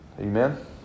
amen